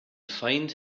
find